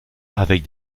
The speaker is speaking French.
avec